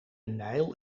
nijl